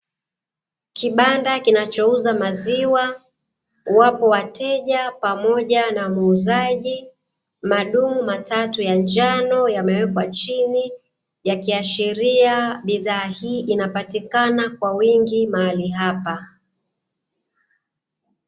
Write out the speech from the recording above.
Kibanda kinachouza maziwa, wapo wateja pamoja na muuzaji, madumu matatu ya njano yamewekwa chini, yakiashiria bidhaa hii inapatikana kwa wingi mahali hapa.